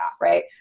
right